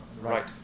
Right